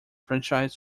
franchise